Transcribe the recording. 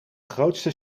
grootste